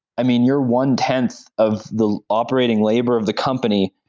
i mean you're one-tenth of the operating labor of the company,